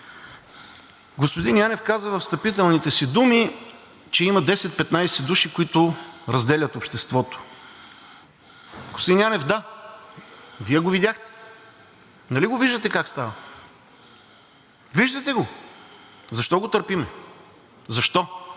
Господин Янев каза във встъпителните си думи, че има 10 – 15 души, които разделят обществото. Господин Янев, да, Вие го видяхте, нали го виждате как става? Виждате го. Защо го търпим? Защо?